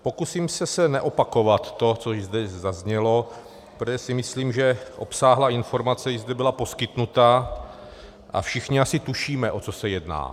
Pokusím se neopakovat to, co zde již zaznělo, protože si myslím, že obsáhlá informace již zde byla poskytnuta a všichni asi tušíme, o co se jedná.